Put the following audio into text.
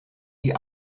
die